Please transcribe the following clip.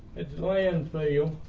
it's annoying for you.